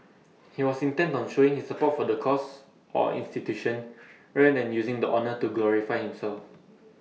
he was intent on showing his support for the cause or institution rather than using the honour to glorify himself